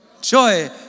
Joy